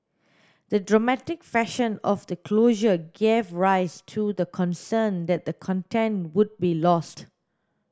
the dramatic fashion of the closure gave rise to the concern that the content would be lost